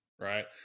right